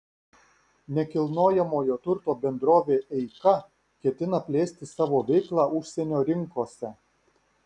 nekilnojamojo turto bendrovė eika ketina plėsti savo veiklą užsienio rinkose